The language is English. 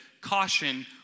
caution